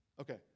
Okay